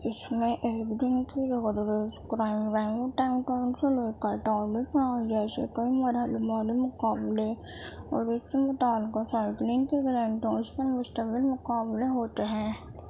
اس میں ایک دن کی روڈ ریس کرائم ورائم ٹائم سے لے کر جیسے کئی مرحلوں والے مقابلے اور اس سے متعلقہ سائیکلنگ کے گرینڈ ٹورز پر مشتمل مقابلے ہوتے ہیں